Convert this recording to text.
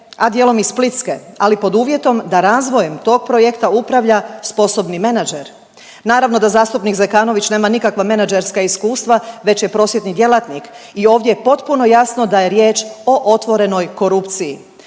a dijelom i Splitske ali pod uvjetom da razvojem tog projekta upravlja sposobni menager. Naravno da zastupnik Zekanović nema nikakva menagerska iskustva već je prosvjetni djelatnik i ovdje je potpuno jasno da je riječ o otvorenoj korupciji.